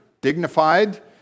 dignified